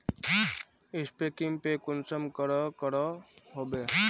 Scanning पे कुंसम करे करो होबे?